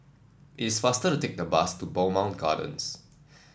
it is faster to take the bus to Bowmont Gardens